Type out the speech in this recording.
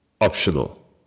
optional